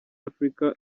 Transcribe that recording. afrika